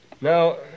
Now